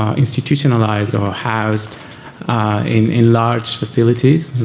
um institutionalised or housed in in large facilities,